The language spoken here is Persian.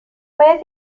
باید